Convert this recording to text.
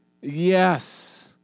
Yes